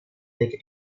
dai